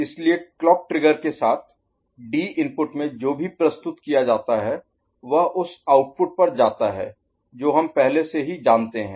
इसलिए clock trigger के साथ डी इनपुट में जो भी प्रस्तुत किया जाता है वह उस आउटपुट पर जाता है जो हम पहले से ही जानते हैं